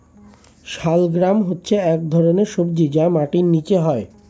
শালগ্রাম হচ্ছে এক ধরনের সবজি যা মাটির নিচে হয়